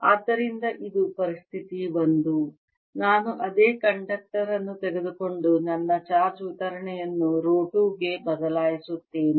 ಆದ್ದರಿಂದ ಇದು ಪರಿಸ್ಥಿತಿ 1 ನಾನು ಅದೇ ಕಂಡಕ್ಟರ್ ಅನ್ನು ತೆಗೆದುಕೊಂಡು ನನ್ನ ಚಾರ್ಜ್ ವಿತರಣೆಯನ್ನು ರೋ 2 ಗೆ ಬದಲಾಯಿಸುತ್ತೇನೆ